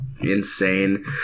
insane